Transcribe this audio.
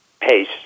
pace